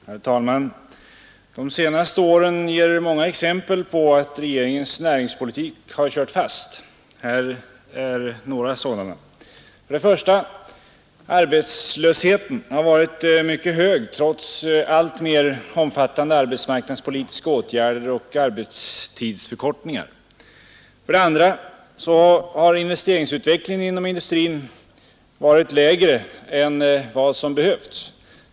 Herr talman! De senaste åren ger många exempel på att regeringens näringspolitik har kört fast. Här är några sådana: 1. Arbetslösheten har varit mycket hög trots alltmer omfattande arbetsmarknadspolitiska åtgärder och arbetstidsförkortningar. 2. Investeringsutvecklingen inom industrin har varit lägre än vad som behövts.